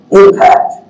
impact